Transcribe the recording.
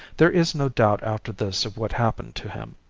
there is no doubt after this of what happened to him.